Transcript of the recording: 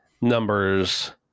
numbers